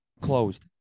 closed